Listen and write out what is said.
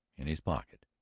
in his pocket.